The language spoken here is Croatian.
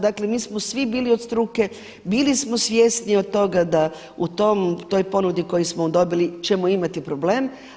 Dakle, mi smo svi bili od struke, bili smo svjesni od toga da u tom, toj ponudi koju smo dobili ćemo imati problem.